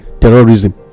terrorism